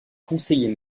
conseiller